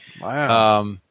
Wow